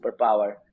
superpower